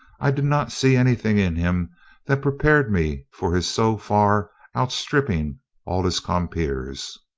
i did not see anything in him that prepared me for his so far outstripping all his compeers.